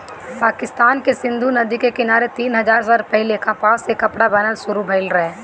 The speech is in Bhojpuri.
पाकिस्तान के सिंधु नदी के किनारे तीन हजार साल पहिले कपास से कपड़ा बनल शुरू भइल रहे